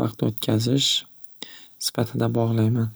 vaqt o'tkazish sifatida bog'layman.